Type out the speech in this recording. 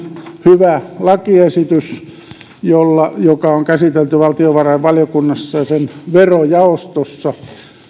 hyvä lakiesitys joka on käsitelty valtiovarainvaliokunnassa sen verojaostossa